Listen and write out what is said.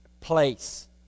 place